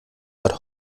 bad